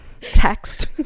text